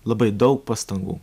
labai daug pastangų